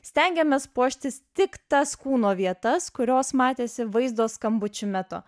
stengiamės puoštis tik tas kūno vietas kurios matėsi vaizdo skambučių metu